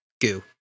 goo